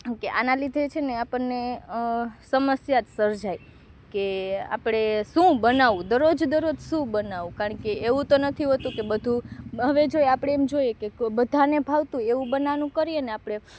કે આના લીધે છે ને આપણને સમસ્યા જ સર્જાય કે આપણે શું બનાવવું દરરોજ દરરોજ શું બનાવું કારણકે એવું તો નથી હોતું કે બધુ આવે જો આપણે એમ જોઈએ કે બધાને ભાવતું એવું બનાનું કરીએ ને આપડે